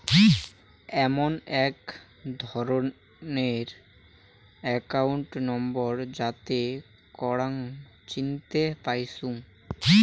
এমন আক ধরণের একাউন্ট নম্বর যাতে করাং চিনতে পাইচুঙ